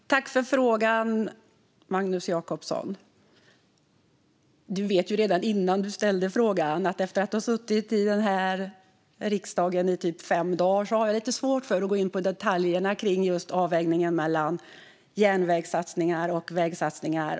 Fru talman! Tack för frågan, Magnus Jacobsson! Du visste ju redan innan du ställde frågan att jag efter att ha suttit i riksdagen i typ fem dagar har lite svårt att gå in på detaljerna kring just avvägningen mellan järnvägssatsningar och vägsatsningar.